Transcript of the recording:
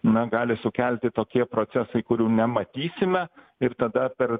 na gali sukelti tokie procesai kurių nematysime ir tada per